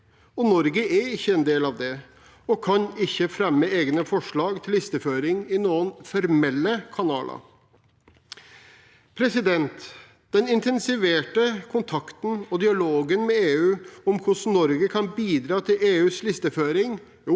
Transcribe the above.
Norge er ikke en del av det og kan ikke fremme egne forslag til listeføring i noen formelle kanaler. Den intensiverte kontakten og dialogen med EU om hvordan Norge kan bidra til EUs listeføring, er